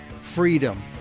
freedom